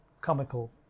comical